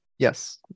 Yes